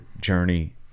journey